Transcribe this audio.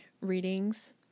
readings